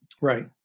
right